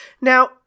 Now